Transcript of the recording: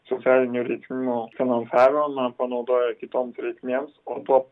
socialinių reikmių finansavimą panaudoja kitoms reikmėms o tuo